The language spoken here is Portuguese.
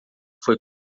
foi